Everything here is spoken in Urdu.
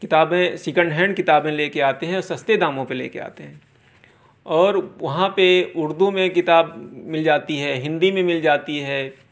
کتابیں سیکینڈ ہینڈ کتابیں لے کے آتے ہیں اور سستے داموں پہ لے کے آتے ہیں اور وہاں پہ اُردو میں کتاب مل جاتی ہے ہندی میں مل جاتی ہے